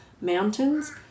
mountains